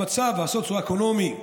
המצב הסוציו-אקונומי,